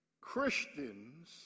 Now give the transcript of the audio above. Christians